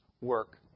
work